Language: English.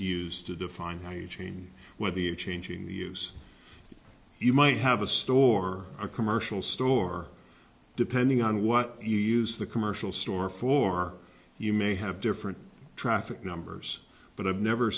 used to define my chain whether you changing the use you might have a store a commercial store depending on what you use the commercial store for you may have different traffic numbers but i've never